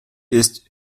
ist